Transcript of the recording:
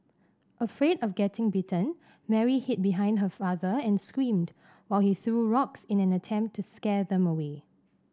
afraid of getting bitten Mary hid behind her father and screamed while he threw rocks in an attempt to scare them away